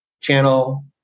channel